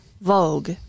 Vogue